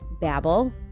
babble